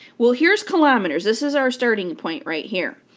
well here's kilometers this is our starting point right here.